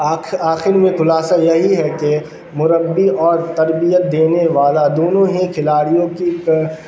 آخر آخر میں خلاصہ یہی ہے کہ مربی اور تربیت دینے والا دونوں ہی کھلاڑیوں کی